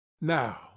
Now